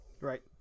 Right